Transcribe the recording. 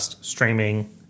streaming